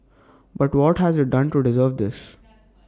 but what has IT done to deserve this